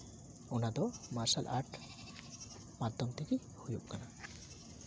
ᱚᱱᱟᱫᱚ martial art ᱢᱟᱫᱽᱫᱷᱚᱢ ᱛᱮᱜᱮ ᱦᱩᱭᱩᱜ ᱠᱟᱱᱟ